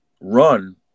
run